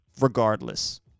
regardless